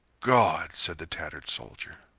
god! said the tattered soldier.